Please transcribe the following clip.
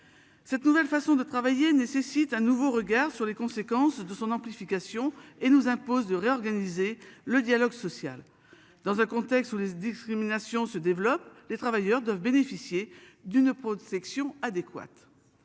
Cette nouvelle façon de travailler, nécessite un nouveau regard sur les conséquences de son amplification et nous impose de réorganiser le dialogue social dans un contexte où les discriminations se développe, les travailleurs doivent bénéficier d'une protection adéquate.